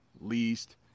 least